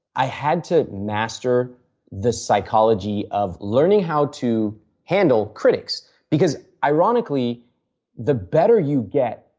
i had to master the psychology of learning how to handle critics because ironically the better you get,